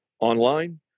online